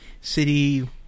city